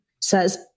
says